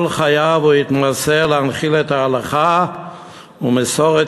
כל חייו הוא התמסר להנחלת ההלכה ומסורת